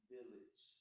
Village